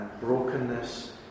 brokenness